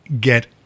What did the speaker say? get